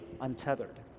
untethered